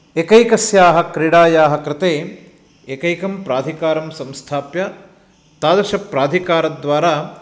एकैकस्याः क्रीडायाः कृते एकैकं प्राधिकारं संस्थाप्य तादृशप्राधिकारद्वारा